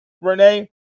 Renee